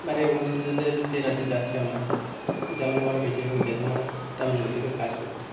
বাইরে ওখানে নিজেদের যে রাজ্যে যাচ্ছি আমরা যেমন আমরা বেশিরভাগ যাই তো আমরা তামিলনাড়ুর দিকে কাজ করতে